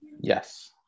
Yes